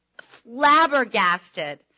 flabbergasted